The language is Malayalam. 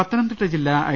പത്തനംതിട്ട ജില്ല ഐ